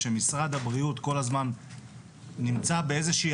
שמשרד הבריאות כל הזמן נמצא באיזו שהיא